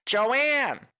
Joanne